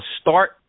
start